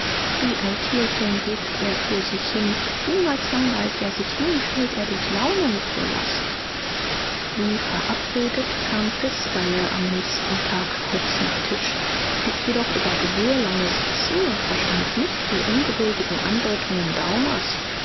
wie ein tierchen webt er für sich hin niemals langweilt er sich nie fällt er durch launen zur last wie verabredet kam pfisterle am nächsten tag kurz nach tisch blieb jedoch über gebühr lange sitzen und verstand nicht die ungeduldigen andeutungen daumers